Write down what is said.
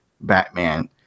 Batman